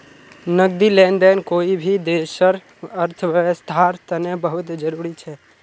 नकदी लेन देन कोई भी देशर अर्थव्यवस्थार तने बहुत जरूरी छ